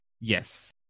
Yes